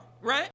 right